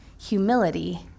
humility